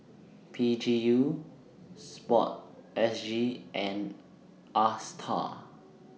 P G U Sportsg and ASTAR